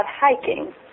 hiking